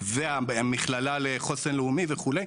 והמכללה לחוסן לאומי וכו'.